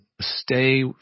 stay